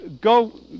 go